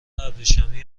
ابریشمی